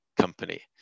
company